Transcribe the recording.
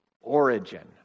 origin